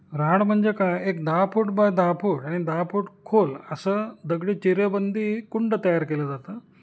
राहाड म्हणजे काय एक दहा फूट बाय दहा फूट आणि दहा फूट खोल असं दगडी चिरेबंदी कुंड तयार केलं जातं